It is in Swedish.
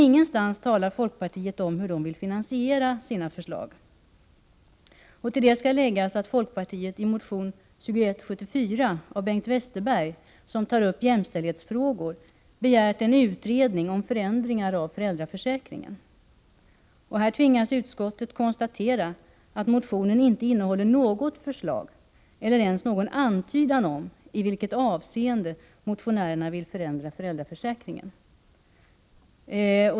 Ingenstans talar folkpartiet om hur partiet vill finansiera sina förslag. Till detta skall läggas att folkpartiet i motion 2174 av Bengt Westerberg m.fl. — en motion som tar upp jämställd hetsfrågor — har begärt en utredning om förändringar av föräldraförsäkringen. Utskottet tvingas dock konstatera att motionen inte innehåller något förslag eller ens någon antydan om i vilket avseende motionärerna vill förändra föräldraförsäkringen.